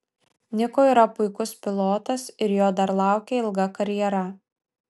niko yra puikus pilotas ir jo dar laukia ilga karjera